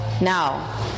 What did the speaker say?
Now